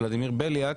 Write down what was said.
ולדימיר בליאק,